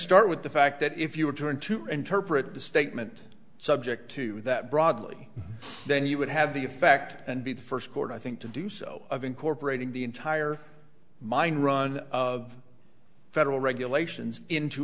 start with the fact that if you were going to interpret the statement subject to that broadly then you would have the effect and be the first court i think to do so of incorporating the entire mine run of federal regulations into